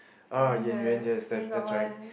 uh Yan-Yuan that is that's right